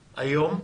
היום.